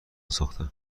ساختن